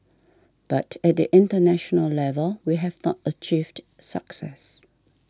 but at the international level we have not achieved success